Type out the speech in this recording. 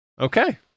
Okay